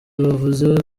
bavuze